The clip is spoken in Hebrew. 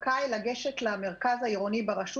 זכאי לגשת למרכז העירוני ברשות.